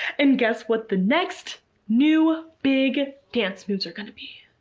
and guess what the next new big dance moves are going to be.